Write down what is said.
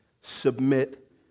submit